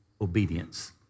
obedience